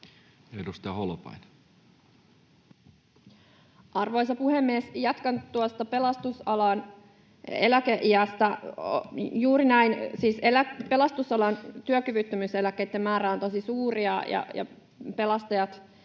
19:48 Content: Arvoisa puhemies! Jatkan tuosta pelastusalan eläkeiästä. Juuri näin, siis pelastusalan työkyvyttömyyseläkkeitten määrä on tosi suuri ja pelastajat